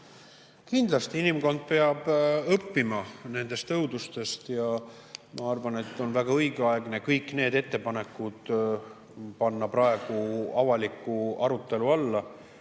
Kindlasti. Inimkond peab õppima nendest õudustest. Ja ma arvan, et on väga õigeaegne kõik need ettepanekud panna praegu avaliku arutelu alla